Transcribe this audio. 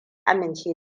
amince